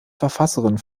verfasserin